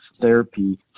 therapy